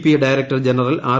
P director general R